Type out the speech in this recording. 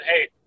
hey